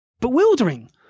bewildering